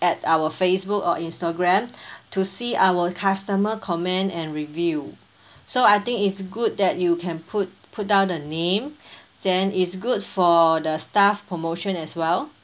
at our facebook or instagram to see our customer comment and review so I think it's good that you can put put down the name then it's good for the staff promotion as well